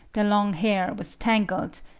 their long hair was tangled,